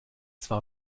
zwar